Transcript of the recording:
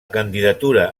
candidatura